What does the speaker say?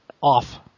off